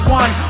one